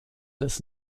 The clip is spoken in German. des